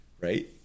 right